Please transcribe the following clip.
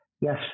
Yes